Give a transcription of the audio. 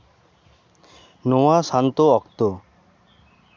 ᱱᱚᱣᱟ ᱥᱟᱱᱛᱚ ᱚᱠᱛᱚ